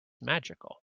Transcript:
magical